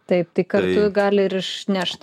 taip tai kartu gali ir išnešt